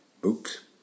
books